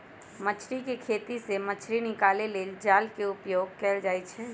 मछरी कें खेति से मछ्री निकाले लेल जाल के उपयोग कएल जाइ छै